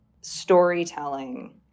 storytelling